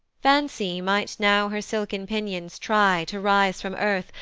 fancy might now her silken pinions try to rise from earth,